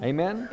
Amen